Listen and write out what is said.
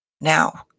Now